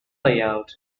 layout